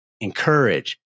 encourage